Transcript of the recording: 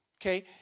Okay